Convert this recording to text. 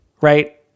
right